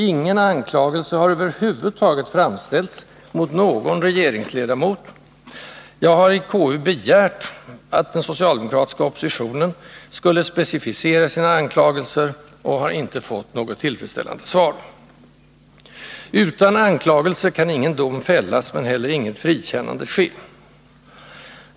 Ingen anklagelse har över huvud taget framställts mot någon regeringsledamot. Jag har i konstitutionsutskottet begärt att den socialdemokratiska oppositionen skulle specificera sina anklagelser och har inte fått något tillfredsställande svar. Utan anklagelse kan ingen dom fällas men heller inget frikännande ske.